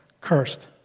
cursed